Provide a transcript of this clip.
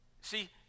See